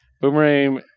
Boomerang